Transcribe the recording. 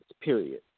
period